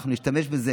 אנחנו נשתמש בזה,